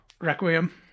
Requiem